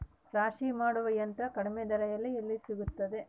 ರಾಶಿ ಮಾಡುವ ಯಂತ್ರ ಕಡಿಮೆ ದರದಲ್ಲಿ ಎಲ್ಲಿ ಸಿಗುತ್ತದೆ?